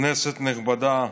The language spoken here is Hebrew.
הרבה יותר מורכבת,